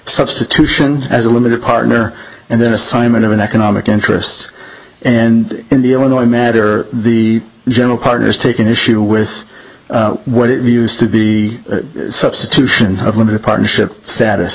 substitution as a limited partner and then assignment of an economic interest and in the illinois matter the general partner has taken issue with what it used to be substitution of limited partnership status